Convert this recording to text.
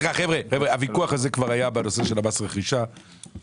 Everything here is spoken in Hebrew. הוויכוח בנושא מס הרכישה כבר היה,